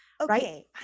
Okay